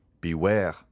Beware